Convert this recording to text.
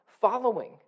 following